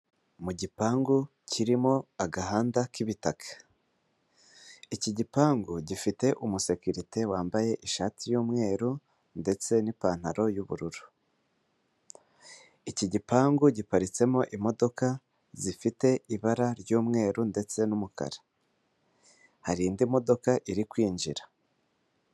Mu gipangu kirimo agahanda k'ibitaka. Iki gipangu gifite umusekirite wambaye ishati y'umweru ndetse n'ipantaro y'ubururu. Iki gipangu giparitsemo imodoka zifite ibara ry'umweru ndetse n'umukara. Hari indi modoka iri kwinjira.